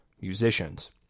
musicians